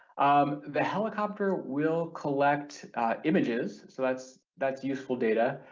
um the helicopter will collect images, so that's that's useful data,